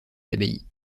l’abbaye